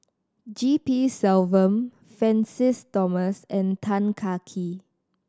G P Selvam Francis Thomas and Tan Kah Kee